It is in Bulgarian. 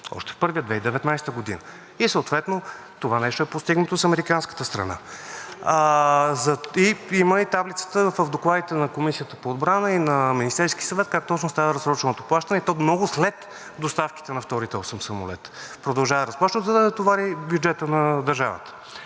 още в първия 2019 г, и съответно това нещо е постигнато с американската страна. Има я таблицата в докладите на Комисията по отбрана и на Министерския съвет как точно става разсроченото плащане, и то много след доставките на вторите осем самолета продължава разплащането, за да не товари бюджета на държавата.